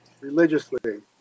religiously